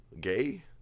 Gay